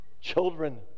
children